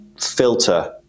filter